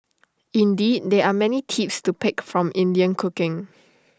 indeed there are many tips to pick up from Indian cooking